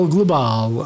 Global